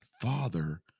father